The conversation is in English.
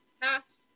passed